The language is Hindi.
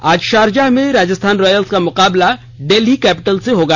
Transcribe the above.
आज शारजाह में राजस्थान रॉयल्स का मुकाबला डेल्ही कैपिटल्स से होगा